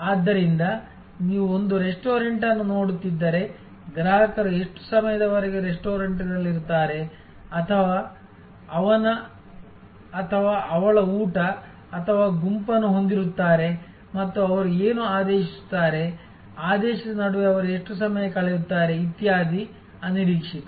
ಆದ್ದರಿಂದ ನೀವು ಒಂದು ರೆಸ್ಟೋರೆಂಟ್ ಅನ್ನು ನೋಡುತ್ತಿದ್ದರೆ ಗ್ರಾಹಕರು ಎಷ್ಟು ಸಮಯದವರೆಗೆ ರೆಸ್ಟೋರೆಂಟ್ನಲ್ಲಿರುತ್ತಾರೆ ಅವನ ಅಥವಾ ಅವಳ ಊಟ ಅಥವಾ ಗುಂಪನ್ನು ಹೊಂದಿರುತ್ತಾರೆ ಮತ್ತು ಅವರು ಏನು ಆದೇಶಿಸುತ್ತಾರೆ ಆದೇಶದ ನಡುವೆ ಅವರು ಎಷ್ಟು ಸಮಯ ಕಳೆಯುತ್ತಾರೆ ಇತ್ಯಾದಿ ಊಹಿಸುವುದು ಅನಿರೀಕ್ಷಿತ